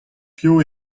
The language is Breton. piv